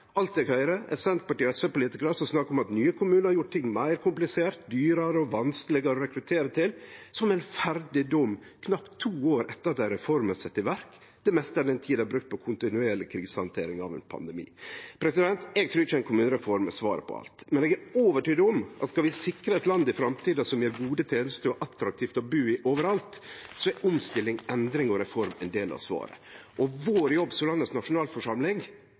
alt eg høyrer er Senterparti- og SV-politikarar som snakkar om at nye kommunar har gjort ting meir kompliserte, dyrare og vanskelegare å rekruttere til – som ein ferdig dom, knapt to år etter at ei reform er sett i verk, der det meste av tida er brukt på kontinuerleg krisehandtering av ein pandemi. Eg trur ikkje ei kommunereform er svaret på alt, men eg er overtydd om at skal vi i framtida sikre eit land som gjev gode tenester og gjer det attraktivt å bu overalt, er omstilling, endring og reform ein del av svaret. Og jobben vår som landets nasjonalforsamling